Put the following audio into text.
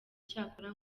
cyakora